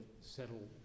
settle